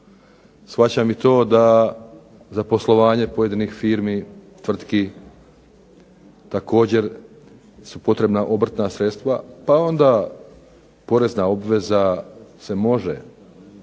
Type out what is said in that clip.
shvaćam za poslovanje firmi i tvrtki također su potrebna obrtna sredstva, pa onda porezna obveza se može u